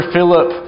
Philip